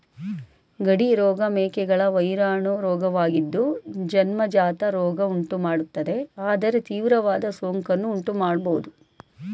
ಗಡಿ ರೋಗ ಮೇಕೆಗಳ ವೈರಾಣು ರೋಗವಾಗಿದ್ದು ಜನ್ಮಜಾತ ರೋಗ ಉಂಟುಮಾಡ್ತದೆ ಆದರೆ ತೀವ್ರವಾದ ಸೋಂಕನ್ನು ಉಂಟುಮಾಡ್ಬೋದು